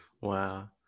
Wow